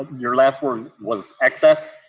your last word was excess?